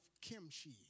kimchi